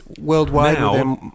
worldwide